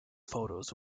photos